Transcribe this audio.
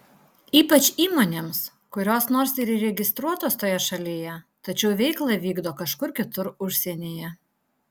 ypač įmonėms kurios nors ir įregistruotos toje šalyje tačiau veiklą vykdo kažkur kitur užsienyje